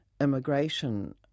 immigration